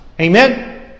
Amen